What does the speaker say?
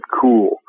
cool